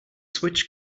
switch